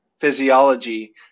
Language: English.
physiology